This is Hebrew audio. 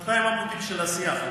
200 עמודים של עשייה.